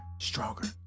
stronger